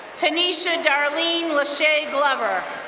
tanisha darlene lashae glover.